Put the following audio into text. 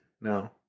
No